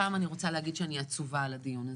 הפעם אני רוצה להגיד שאני עצובה על הדיון הזה,